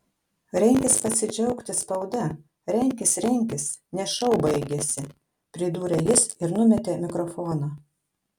renkis pasidžiaugti spauda renkis renkis nes šou baigėsi pridūrė jis ir numetė mikrofoną